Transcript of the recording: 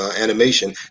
animation